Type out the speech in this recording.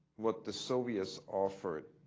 what the soviets offered,